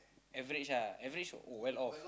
average ah average well off